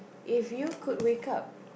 if you could wake up